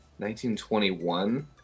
1921